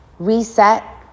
Reset